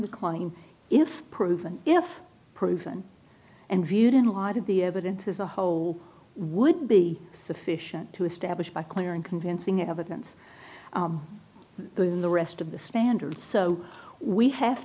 kleine if proven if proven and viewed in light of the evidence as a whole would be sufficient to establish by clear and convincing evidence the in the rest of the standard so we have